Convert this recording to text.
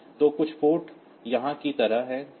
तो कुछ ports यहां की तरह हैं